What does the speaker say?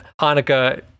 hanukkah